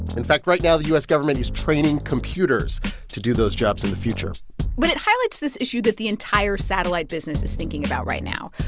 in fact, right now the u s. government is training computers to do those jobs in the future but it highlights this issue that the entire satellite business is thinking about right now,